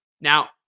Now